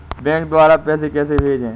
Bank द्वारा पैसे कैसे भेजें?